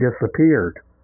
disappeared